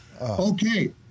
Okay